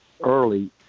early